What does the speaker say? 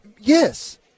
Yes